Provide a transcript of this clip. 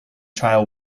trial